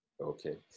Okay